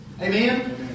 Amen